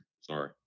sorry